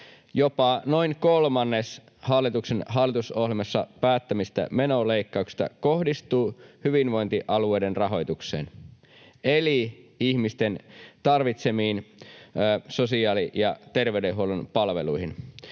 Jopa noin kolmannes hallituksen hallitusohjelmassa päättämistä menoleikkauksista kohdistuu hyvinvointialueiden rahoitukseen eli ihmisten tarvitsemiin sosiaali‑ ja terveydenhuollon palveluihin.